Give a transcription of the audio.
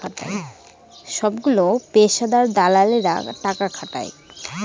সবগুলো পেশাদার দালালেরা টাকা খাটায়